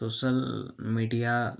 social media